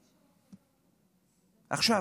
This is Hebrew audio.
עכשיו,